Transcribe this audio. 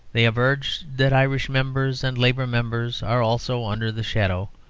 they have urged that irish members and labour members are also under the shadow,